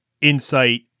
insight